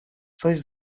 coś